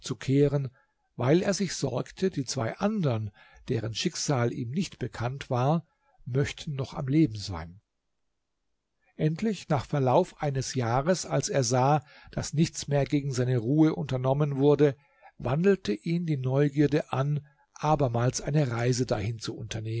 weil er sich sorgte die zwei andern deren schicksal ihm nicht bekannt war möchten noch am leben sein endlich nach verlauf eines jahres als er sah daß nichts mehr gegen seine ruhe unternommen wurde wandelte ihn die neugierde an abermals eine reise dahin